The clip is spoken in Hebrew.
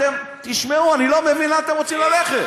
אתם, תשמעו, אני לא מבין לאן אתם רוצים ללכת.